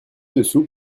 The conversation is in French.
dessous